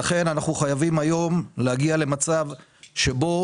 לכן, אנחנו חייבים היום להגיע למצב שבו